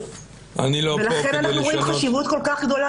ולכן אנחנו רואים חשיבות כל כך גדולה